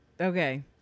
Okay